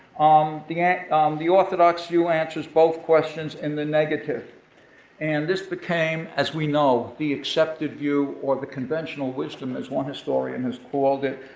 um the ah the orthodox view answers both questions in the negative and this became, as we know, the accepted view or the conventional wisdom, as one historian has called it,